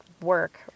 work